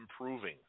improving